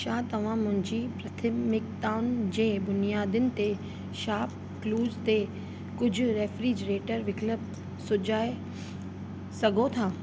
छा तव्हां मुंहिंजी प्रथमिकताउनि जे बुनियादनि ते शापक्लूज़ ते कुझु रेफ्रिजेटर विकल्प सुझाए सघो था